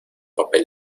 papel